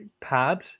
pad